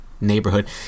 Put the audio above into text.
neighborhood